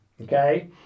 Okay